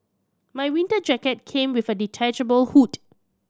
my winter jacket came with a detachable hood